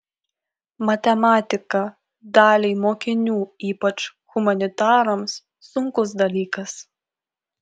matematika daliai mokinių ypač humanitarams sunkus dalykas